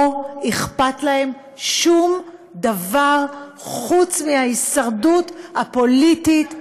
לא אכפת להם שום דבר חוץ מההישרדות הפוליטית,